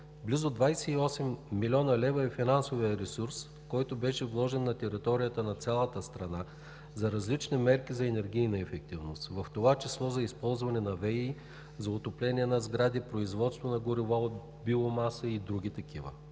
Близо 28 млн. лв. е финансовият ресурс, който беше вложен на територията на цялата страна за различни мерки за енергийна ефективност, в това число за използването на ВЕИ за отопление на сгради, производство на горива от биомаса и други такива.